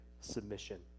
submission